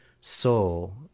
soul